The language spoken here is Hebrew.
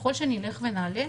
ככל שנעלה,